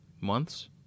months